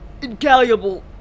Incalculable